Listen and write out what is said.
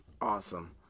Awesome